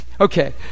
okay